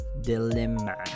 Dilemma